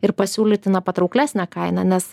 ir pasiūlyti na patrauklesnę kainą nes